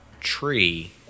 tree